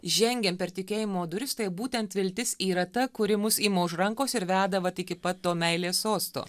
žengiam per tikėjimo duris tai būtent viltis yra ta kuri mus ima už rankos ir veda vat iki pat to meilės sosto